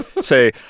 say